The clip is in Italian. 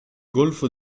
golfo